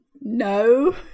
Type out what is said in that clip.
no